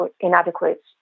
inadequate